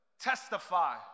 testify